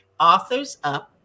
authorsup